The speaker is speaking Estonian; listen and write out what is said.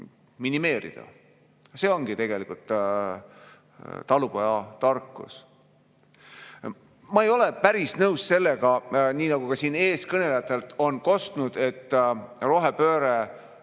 minimeerida. See ongi tegelikult talupojatarkus. Ma ei ole päris nõus sellega, nii nagu ka siin eeskõnelejatelt on kostnud, et rohepööre